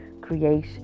create